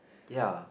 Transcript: ya